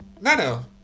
Nano